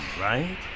right